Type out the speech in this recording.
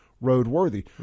road-worthy